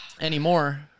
anymore